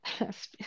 Yes